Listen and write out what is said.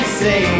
say